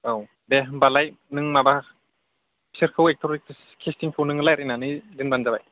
औ दे होमबालाय नों माबा बिसोरखौ एक्ट'र एक्ट्रिस कास्टिंखौ नों रायज्लायनानै दोनबानो जाबाय